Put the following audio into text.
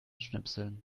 schnipseln